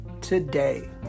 today